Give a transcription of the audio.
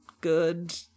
good